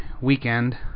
weekend